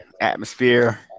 atmosphere